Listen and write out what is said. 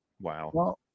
Wow